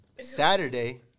Saturday